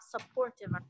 supportive